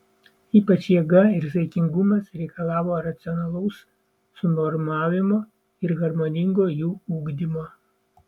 ypač jėga ir saikingumas reikalavo racionalaus sunormavimo ir harmoningo jų ugdymo